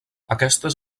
aquestes